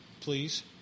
please